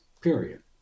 Period